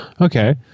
Okay